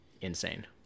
insane